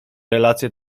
relacje